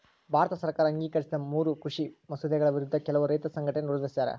ಭಾರತ ಸರ್ಕಾರ ಅಂಗೀಕರಿಸಿದ ಮೂರೂ ಕೃಷಿ ಮಸೂದೆಗಳ ವಿರುದ್ಧ ಕೆಲವು ರೈತ ಸಂಘಟನೆ ವಿರೋಧಿಸ್ಯಾರ